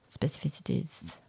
specificities